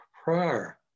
Prior